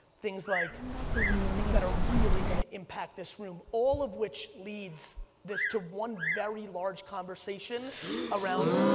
things like that are really going to impact this room, all of which leads this to one very large conversation around,